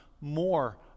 more